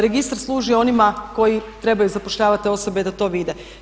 Registar služi onima koji trebaju zapošljavati osobe koje to vide.